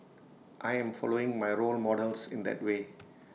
I am following my role models in that way